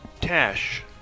Tash